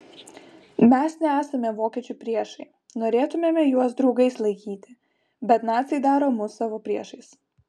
mes nesame vokiečių priešai norėtumėme juos draugais laikyti bet naciai daro mus savo priešais